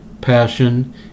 passion